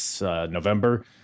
November